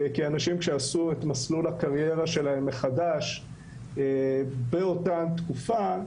כי אנשים שעשו את מסלול הקריירה שלהם מחדש באותה תקופה,